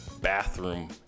bathroom